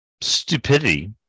Stupidity